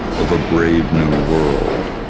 of a brave new world.